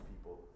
people